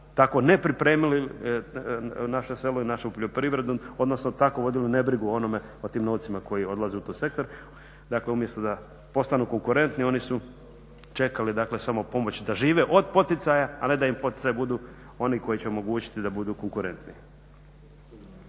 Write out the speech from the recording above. tako nepripremili naše selo i našu poljoprivredu, odnosno tako vodili nebrigu o onome, o tim novcima koji odlaze u taj sektor. Dakle, umjesto da postanu konkurentni oni su čekali, dakle samo pomoć da žive od poticaja, a ne da im poticaji budu oni koji će omogućiti da budu konkurentniji.